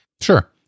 Sure